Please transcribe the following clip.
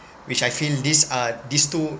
which I feel these are these two